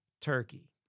turkey